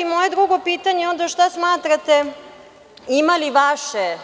I moje drugo pitanje je onda šta smatrate, ima li vaše